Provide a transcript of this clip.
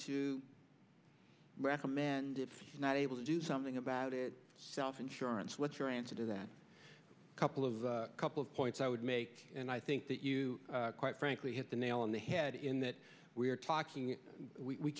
to recommend if you're not able to do something about it self insurance what's your answer to that a couple of couple of points i would make and i think that you quite frankly hit the nail on the head in that we are talking we